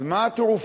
אז מה התרופה?